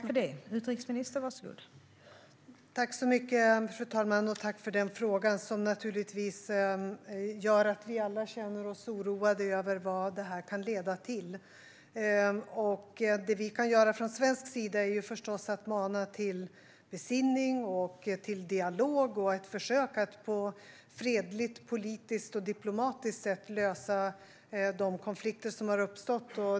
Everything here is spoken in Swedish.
Fru talman! Jag tackar för denna fråga. Naturligtvis känner vi alla oss oroade över vad detta kan leda till. Det som vi från svensk sida kan göra är förstås att mana till besinning, till dialog och till ett försök att på ett fredligt, politiskt och diplomatiskt sätt lösa de konflikter som har uppstått.